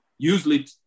Usually